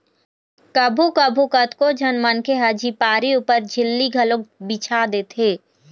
कभू कभू कतको झन मनखे ह झिपारी ऊपर झिल्ली घलोक बिछा देथे